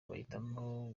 bahitamo